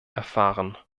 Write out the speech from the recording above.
erfahren